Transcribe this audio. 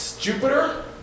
Jupiter